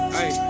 Hey